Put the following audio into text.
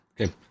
Okay